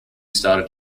started